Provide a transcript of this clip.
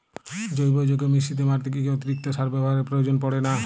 জৈব যৌগ মিশ্রিত মাটিতে কি অতিরিক্ত সার ব্যবহারের প্রয়োজন পড়ে না?